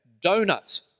donuts